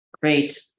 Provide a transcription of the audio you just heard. Great